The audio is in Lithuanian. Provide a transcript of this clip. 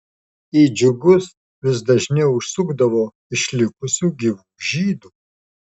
į džiugus vis dažniau užsukdavo išlikusių gyvų žydų